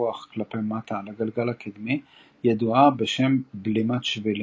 הכוח כלפי מטה על הגלגל הקדמי ידועה בשם בלימת שבילים.